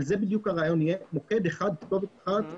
אבל הרעיון הוא שיהיה מוקד אחד וכתובת אחת.